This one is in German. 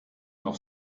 noch